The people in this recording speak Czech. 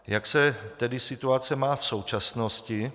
Jak se tedy situace má v současnosti?